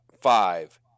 five